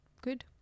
good